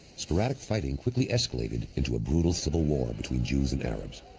sporadic fighting quickly escalated into a brutal civil war between jews and arabs.